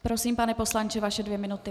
Prosím, pane poslanče, vaše dvě minuty.